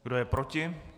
Kdo je proti?